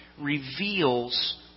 reveals